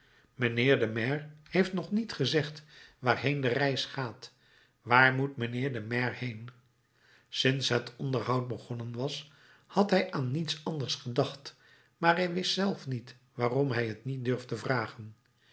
mijnheer de maire heeft nog niet gezegd waarheen de reis gaat waar moet mijnheer de maire heen sinds het onderhoud begonnen was had hij aan niets anders gedacht maar hij wist zelf niet waarom hij t niet durfde vragen